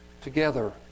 together